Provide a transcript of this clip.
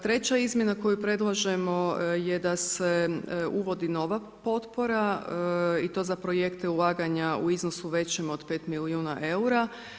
Treća izmjena koju predlažemo je da se uvodi nova potpora i to za projekte ulaganja u iznosu većem od pet milijuna eura.